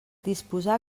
disposar